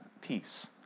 peace